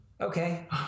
Okay